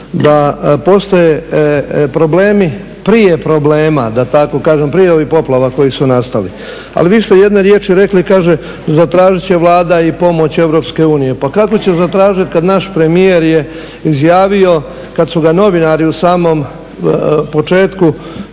da postoje problemi prije problema da tako kažem, prije ovih poplava koji su nastali. Ali vi ste jedne riječi rekli, kaže zatražit će Vlada i pomoć Europske unije. Pa kako će zatražiti kad naš premijer je izjavio kad su ga novinari u samom početku